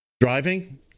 driving